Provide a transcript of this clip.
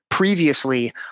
Previously